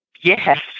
Yes